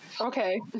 Okay